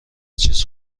چیز